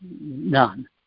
none